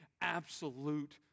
absolute